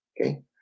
Okay